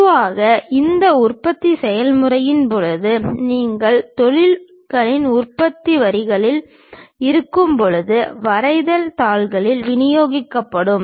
பொதுவாக இந்த உற்பத்தி செயல்முறையின் போது நீங்கள் தொழில்களில் உற்பத்தி வரிகளில் இருக்கும்போது வரைதல் தாள்கள் விநியோகிக்கப்படும்